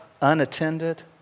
unattended